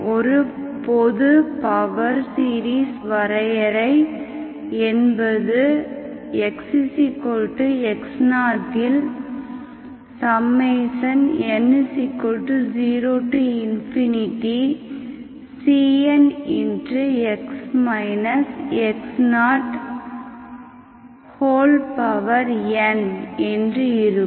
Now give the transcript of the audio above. ஒரு பொது power series வரையறை என்பது x x0இல் n 0cnn என்று இருக்கும்